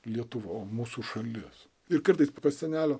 lietuva mūsų šalis ir kartais pas senelio